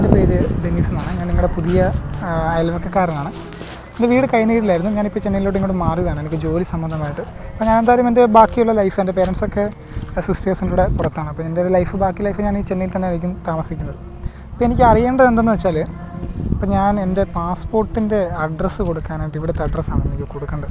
എൻ്റെ പേര് ഡെന്നീസ്ന്നാണ് ഞാൻ നിങ്ങളുടെ പുതിയ അയൽവക്കക്കാരനാണ് എൻ്റെ വീട് കൈന്നീരിലായിരുന്നു ഞാനിപ്പോൾ ചെന്നൈയിലോട്ട് ഇങ്ങോട്ട് മാറിയതാണ് എനിക്ക് ജോലി സംബന്ധമായിട്ട് അപ്പോൾ ഞാൻ എന്തായാലും എൻ്റെ ബാക്കിയുള്ള ലൈഫ് എൻ്റെ പേരെൻസൊക്കെ സിസ്റ്റേസിൻറ്റൂടെ പുറത്താണ് അപ്പോൾ എൻ്റെ ലൈഫ് ബാക്കി ലൈഫ് ഞാനീ ചെന്നൈ തന്നെ ആയിരിക്കും താമസിക്കുന്നത് അപ്പോൾ എനിക്ക് അറിയേണ്ടത് എന്തെന്ന്വെച്ചാൽ അപ്പോൾ ഞാൻ എൻ്റെ പാസ്പോട്ടിൻ്റെ അഡ്രസ്സ് കൊടുക്കാനായിട്ട് ഇവിടെത്തഡ്രസ്സാണ് എനിക്ക് കൊടുക്കേണ്ടത്